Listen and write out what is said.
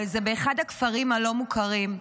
אבל זה באחד הכפרים הלא-מוכרים,